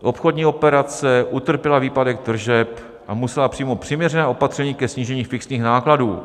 Obchodní operace, utrpěla výpadek tržeb a musela přijmout přiměřená opatření ke snížení fixních nákladů.